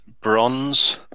Bronze